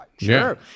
sure